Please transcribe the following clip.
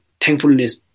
thankfulness